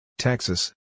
Texas